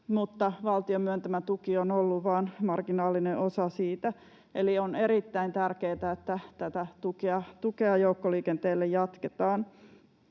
valtion myöntämä tuki on ollut vain marginaalinen osa siitä. Eli on erittäin tärkeätä, että tätä tukea joukkoliikenteelle jatketaan.